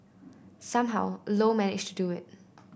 somehow Low managed to do it